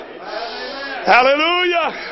Hallelujah